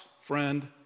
friend